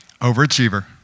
Overachiever